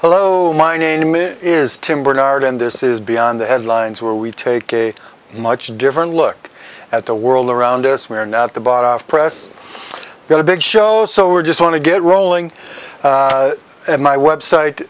hello my name is tim barnard and this is beyond the headlines where we take a much different look at the world around us we're now at the bottom press got a big show so we're just want to get rolling and my website